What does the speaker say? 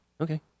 Okay